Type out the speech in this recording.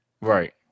right